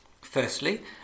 Firstly